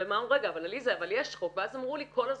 ואמרו, רגע עליזה, יש חוק, ואז אמרו לי כל הזמן,